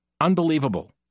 Unbelievable